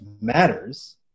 matters